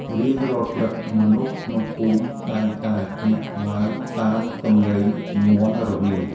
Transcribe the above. រៀងរាល់ព្រឹក មនុស្សក្នុងភូមិតែងតែភ្ញាក់ឡើងតាមសម្លេងមាន់រងាវ។